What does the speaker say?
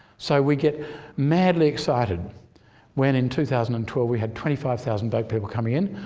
so we get madly excited when in two thousand and twelve we had twenty five thousand boat people coming in.